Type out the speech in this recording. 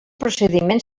procediment